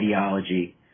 ideology